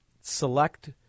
select